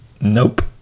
Nope